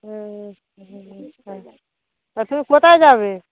তা তুমি কোথায় যাবে